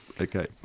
Okay